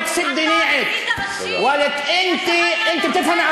(אומר בערבית: מה אתך, תסתמי את הפה שלך.